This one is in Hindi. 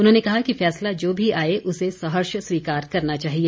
उन्होंने कहा कि फैसला जो भी आए उसे सहर्ष स्वीकार करना चाहिए